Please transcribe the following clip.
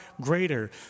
greater